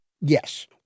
Yes